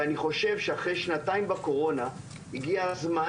ואני חושב שאחרי שנתיים בקורונה הגיע הזמן